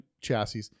chassis